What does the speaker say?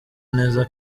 neza